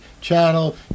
Channel